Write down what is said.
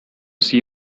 see